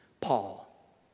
Paul